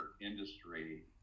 industry